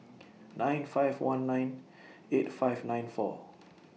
nine five one nine eight five nine four